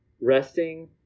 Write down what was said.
resting